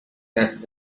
that